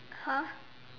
!huh!